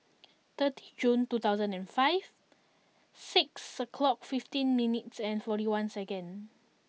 thirty Jun two thousand and five six o'clock fifteen minutes forty one seconds